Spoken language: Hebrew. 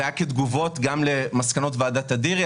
זה היה כתגובות גם למסקנות ועדת אדירי.